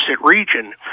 region